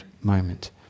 moment